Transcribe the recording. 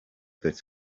that